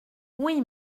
oui